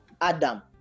Adam